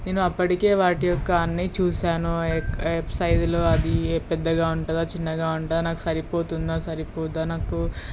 నేను అప్పటికే వాటి యొక్క అన్నీ చూశాను వెబ్ సైజులు అది పెద్దదిగా ఉంటుందా చిన్నదిగా ఉంటుందా నాకు సరిపోతుందా సరిపోదా నాకు